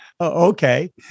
Okay